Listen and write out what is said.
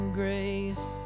grace